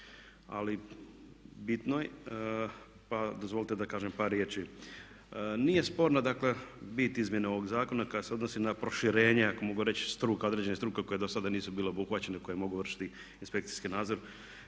ali bitnoj pa dozvolite da kažem par riječi. Nije sporna dakle bit izmjene ovog zakona kad se odnosi na proširenje ako mogu reći struka, određenih struka koje dosada nisu bile obuhvaćene i koje mogu vršiti inspekcijski nadzor.